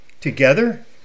Together